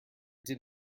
did